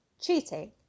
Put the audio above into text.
cheating